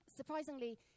Surprisingly